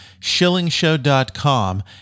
shillingshow.com